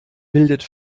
bildet